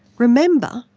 remember,